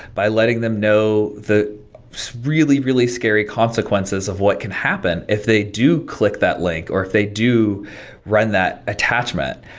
by letting them know the so really, really scary consequences of what can happen if they do click that link, or if they do run that attachment.